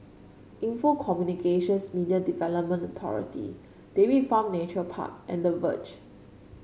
Info Communications Media Development Authority Dairy Farm Nature Park and The Verge